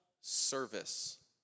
service